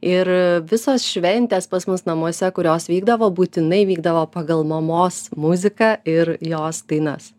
ir visos šventės pas mus namuose kurios vykdavo būtinai vykdavo pagal mamos muziką ir jos dainas